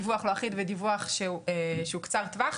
דיווח לא אחיד ודיווח שהוא קצר טווח.